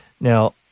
Now